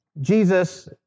Jesus